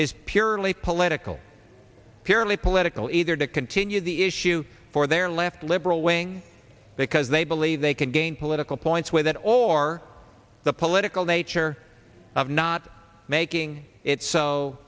is purely political purely political either to continue the issue for their left liberal wing because they believe they can gain political points with it or the political nature of not making it so